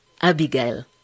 Abigail